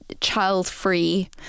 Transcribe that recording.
child-free